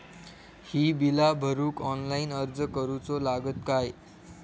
ही बीला भरूक ऑनलाइन अर्ज करूचो लागत काय?